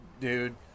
dude